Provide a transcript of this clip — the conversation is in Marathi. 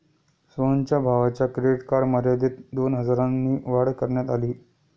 सोहनच्या भावाच्या क्रेडिट कार्ड मर्यादेत दोन हजारांनी वाढ करण्यात आली